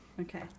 Okay